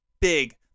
big